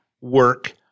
work